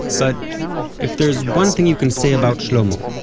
but if there's one thing you can say about shlomo,